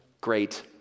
great